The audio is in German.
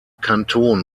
kanton